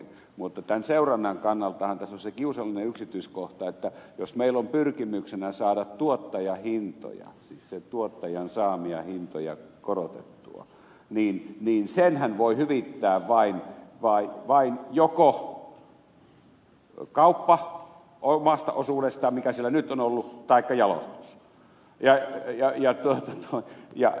mutta tämän seurannan kannaltahan tässä on se kiusallinen yksityiskohta että jos meillä on pyrkimyksenä saada tuottajahintoja siis sen tuottajan saamia hintoja korotettua niin sen korotuksenhan voi hyvittää vain joko kauppa omasta osuudestaan mikä sillä nyt on ollut taikka jalostus